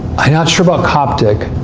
i'm not sure about coptic,